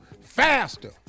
faster